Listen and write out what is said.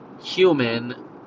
human